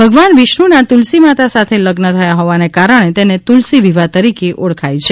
ભગવાન વિષ્ણુના તુલસી માતા સાથે લગ્ન થયા હોવાને કારણે તેને તુલસી વિવાહ તરીકે ઓળખવામાં આવે છે